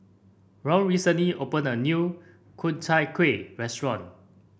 Ron recently opened a new Ku Chai Kueh restaurant